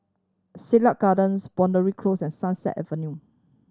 Siglap Gardens Boundary Close and Sunset Avenue